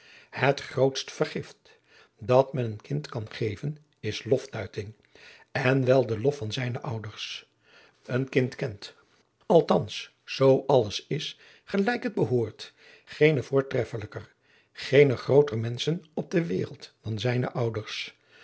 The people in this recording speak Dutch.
het grootst vergift dat men een kind kan geven is loftuiting en wel de lof van zijne ouders een kind kent althans zoo alles is gelijk het behoort geene voortreffelijker geene grooter menschen op de wereld dan zijne ouders